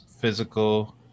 physical